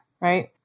right